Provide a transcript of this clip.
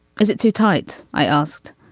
is it too tight? i asked.